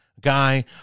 Guy